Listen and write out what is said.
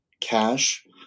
cash